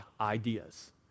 ideas